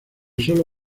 solo